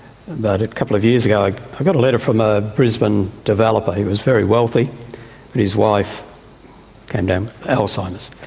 about a couple of years ago i got a letter from a brisbane developer, he was very wealthy, and his wife had and um alzheimer's.